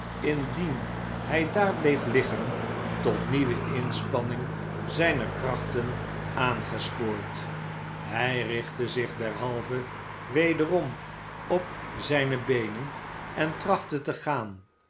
indien hij daar bleef liggen tot nieuwe inspanning zijner krachten aangespoord hij richtte zich derhalve wederom op zijne beenen en trachtte te gaan